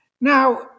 Now